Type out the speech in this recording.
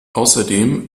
außerdem